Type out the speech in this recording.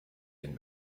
den